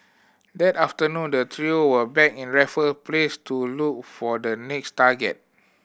that afternoon the trio were back in Raffle Place to look for the next target